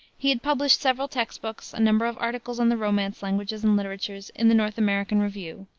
he had published several text books, a number of articles on the romance languages and literatures in the north american review,